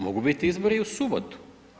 Mogu biti izbori i u subotu.